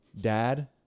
Dad